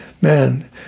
man